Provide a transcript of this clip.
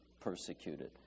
persecuted